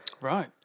Right